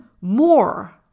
more